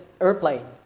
airplane